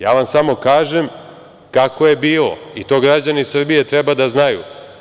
Ja vam samo kažem kako je bilo i to građani Srbije treba da znaju.